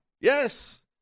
Yes